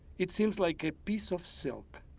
it seems like a piece of silk.